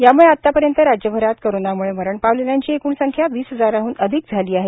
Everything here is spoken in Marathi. याम्ळे आतापर्यंत राज्यभरात कोरोनामुळे मरण पावलेल्यांची एकृण संख्या वीस हजाराहन अधिक झाली आहे